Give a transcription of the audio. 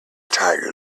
tiger